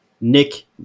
Nick